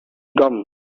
gum